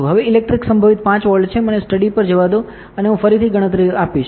હવે ઇલેક્ટ્રિક સંભવિત 5 વોલ્ટ છે મને સ્ટડી પર જવા દો અને હું ફરીથી ગણતરી આપીશ